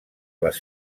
les